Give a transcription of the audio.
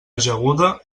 ajaguda